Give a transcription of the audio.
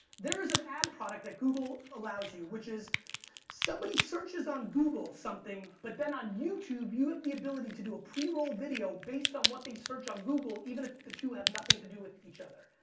there is an ad product that google allows you which is somebody searches on google something but then on youtube you have um the ability to do a pre-roll video based on what they search on google even if the two have nothing to do with each other.